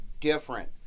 different